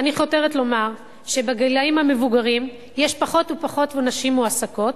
אני חותרת לומר שאצל הגילאים המבוגרים יש פחות ופחות נשים מועסקות,